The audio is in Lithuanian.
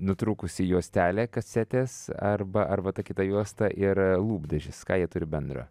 nutrūkusi juostelė kasetės arba arba ta kita juosta ir lūpdažis ką jie turi bendro